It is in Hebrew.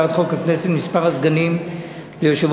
הצעת חוק הכנסת (מספר הסגנים ליושב-ראש